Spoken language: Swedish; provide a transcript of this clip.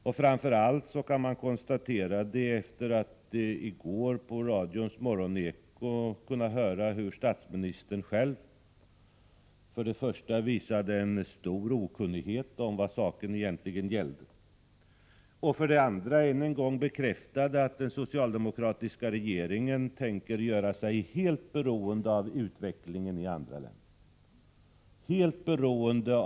Och framför allt kan vi konstatera det efter att i radions Morgon-eko i går ha hört hur statsministern själv för det första visade en stor okunnighet om vad saken egentligen gäller och för det andra än en gång bekräftade att den socialdemokratiska regeringen tänker göra sig helt beroende av utvecklingen i andra länder.